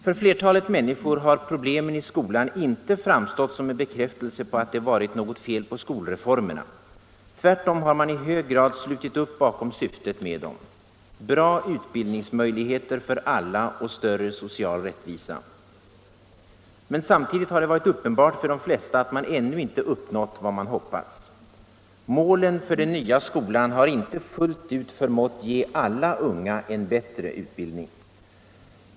För flertalet människor har problemen i skolan inte framstått som en bekräftelse på att det varit något fel på skolreformerna. Tvärtom har man i hög grad slutit upp bakom syftet med dem: bra utbildningsmöjligheter för alla och större social rättvisa. Men samtidigt har det varit uppenbart för de flesta att man ännu inte uppnått vad man hoppats. Målen för den nya skolan har inte fullt ut förmått att ge alla unga en bättre utbildning.